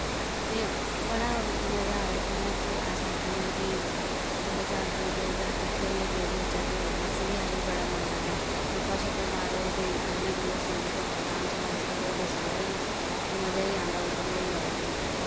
ते बड़ा मजा आया जियां कि अस आक्खने आं कि जिल्लै चार पंज लोक अस कट्ठे होइयै गेदे होचै ते बैसे बी असें बड़ा मजा औंदा गप्पां शाप्पां मारो ते गाने गूने सुनो ते डांस वांस करो ते सारा ही मजा ही आंदा उद्धरो होइयै आओ जेल्लै